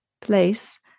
place